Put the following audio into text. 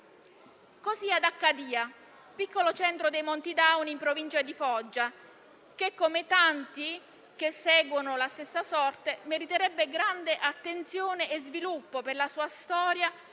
Così ad Accadia, piccolo centro dei Monti Dauni in provincia di Foggia, che, come tanti che seguono la stessa sorte, meriterebbe grande attenzione e sviluppo per la sua storia